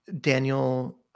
Daniel